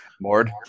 Mord